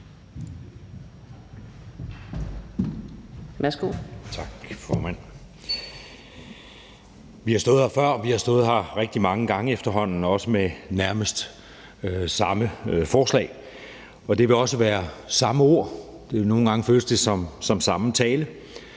vi har stået her rigtig mange gange efterhånden, også med nærmest samme forslag. Det vil også være samme ord, og nogle gange føles det som samme tale.